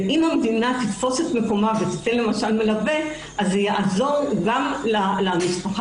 אם המדינה תתפוס את מקומה ותיתן למשל מלווה זה יעזור גם למשפחה.